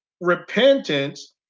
repentance